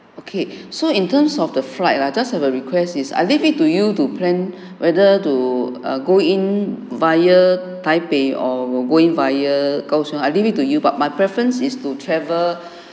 okay so in terms of the flight lah just have a request is I leave it to you to plan whether to err go in via taipei or we're going via from kao siong I leave it to you but my preference is to travel